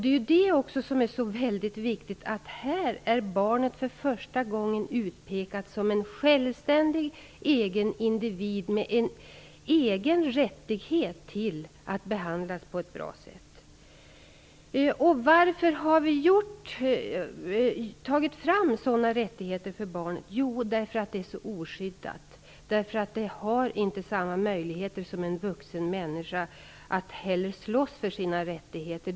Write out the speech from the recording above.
Det är också det som är så väldigt viktigt, här är barnet för första gången utpekat som en självständig egen individ, med en egen rättighet att behandlas på ett bra sätt. Varför har vi tagit fram sådana rättigheter för barnet? Jo, för att det är så oskyddat. Det har inte samma möjligheter som en vuxen människa att slåss för sina rättigheter.